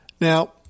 Now